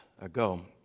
ago